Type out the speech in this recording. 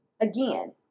Again